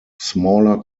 smaller